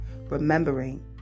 remembering